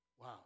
Wow